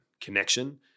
connection